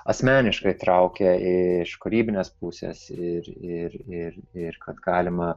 asmeniškai traukia iš kūrybinės pusės ir ir ir ir kad galima